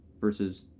versus